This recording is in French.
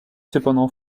cependant